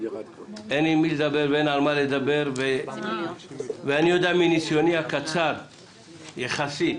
אני יודע מניסיוני הקצר, יחסית,